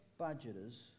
budgeters